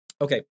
Okay